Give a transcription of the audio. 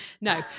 no